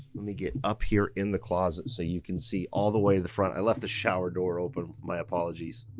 let me get up here in the closet so you can see all the way in the front. i left the shower door open, my apologies.